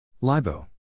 Libo